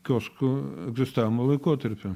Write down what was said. kioskų egzistavimo laikotarpiu